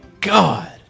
God